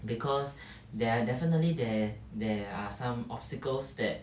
because there are definitely there there are some obstacles that